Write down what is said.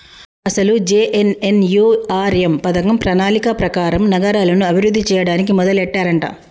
అసలు జె.ఎన్.ఎన్.యు.ఆర్.ఎం పథకం ప్రణాళిక ప్రకారం నగరాలను అభివృద్ధి చేయడానికి మొదలెట్టారంట